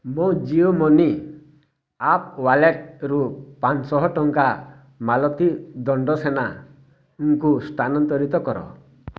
ମୋ Jio money app ୱାଲେଟ୍ରୁ ପାଞ୍ଚ ଶହ ଟଙ୍କା ମାଲତୀ ଦଣ୍ଡସେନାଙ୍କୁ ସ୍ଥାନାନ୍ତରିତ କର